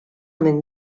minn